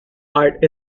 art